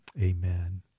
Amen